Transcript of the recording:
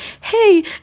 hey